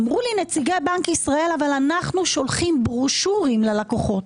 אמרו לי נציגי בנק ישראל 'אבל אנחנו שולחים ברושורים ללקוחות'.